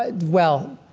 well,